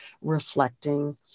reflecting